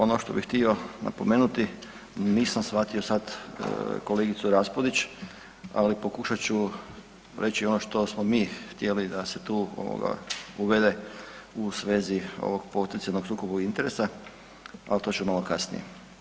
Ono što bi htio napomenuti, nisam shvatio sad kolegicu Raspudić, ali pokušat ću reći ono što smo mi htjeli da se tu ovoga uvede u svezi ovog potencijalnog o sukobu interesa, al to ću malo kasnije.